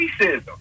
racism